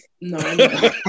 no